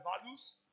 values